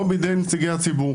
או בידי נציגי הציבור.